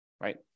Right